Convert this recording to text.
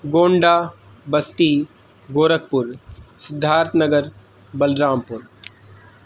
گونڈہ بستی گورکھپور سدھارتھ نگر بلرام پور